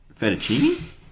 Fettuccine